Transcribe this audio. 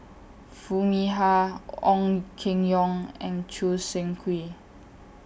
Foo Mee Har Ong Keng Yong and Choo Seng Quee